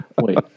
Wait